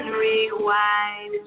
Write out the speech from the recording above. rewind